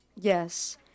yes